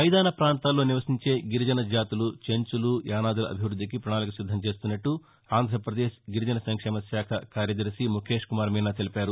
మైదాన ప్రాంతాల్లో నివసించే గిరిజన జాతులు చెంచులు యానాదుల అభివృద్దికి ప్రణాళిక సిద్దం చేస్తున్నట్ట ఆంధ్రాపదేశ్ గిరిజన సంక్షేమశాఖ కార్యదర్శి ముఖేష్కుమార్ మీనా తెలిపారు